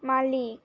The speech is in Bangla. মালিক